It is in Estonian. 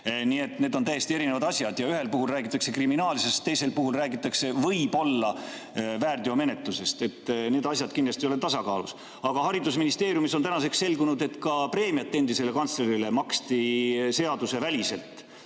need on täiesti erinevad asjad. Ja ühel puhul räägitakse kriminaalasjast, teisel puhul räägitakse võib-olla väärteomenetlusest. Need asjad kindlasti ei ole tasakaalus. Aga haridusministeeriumis on tänaseks selgunud, et ka preemiat endisele kantslerile maksti seaduseväliselt.